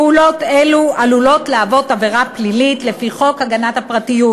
פעולות אלו עלולות להוות עבירה פלילית לפי חוק הגנת הפרטיות.